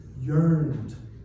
yearned